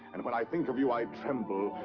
and when i think of you i tremble,